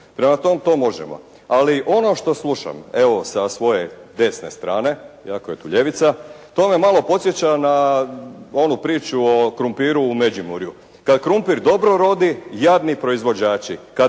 Prema tome to možemo. Ali ono što slušam evo sa svoje desne strane iako je tu ljevica to me malo podsjeća na onu priču o krumpiru u Međimurju. Kad krumpir dobro rodi jadni proizvođači,